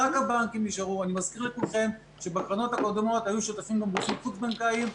אני מזכיר לכולכם שבקרנות הקודמות היו שותפים גם --- בנקאיים.